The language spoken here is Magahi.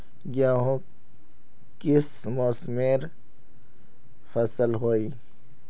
गेहूँ किस मौसमेर फसल होय?